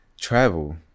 travel